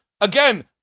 again